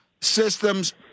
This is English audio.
Systems